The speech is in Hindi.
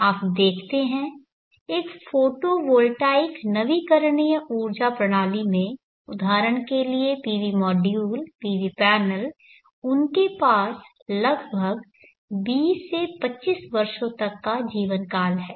आप देखते हैं एक फोटो वोल्टाइक नवीकरणीय ऊर्जा प्रणाली में उदाहरण के लिए PV मॉड्यूल PV पैनल उनके पास लगभग 20 से 25 वर्षों तक का जीवनकाल है